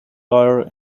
lawyer